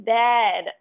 dead